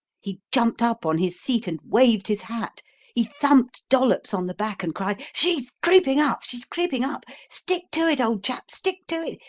he jumped up on his seat and waved his hat he thumped dollops on the back and cried she's creeping up! she's creeping up! stick to it, old chap, stick to it!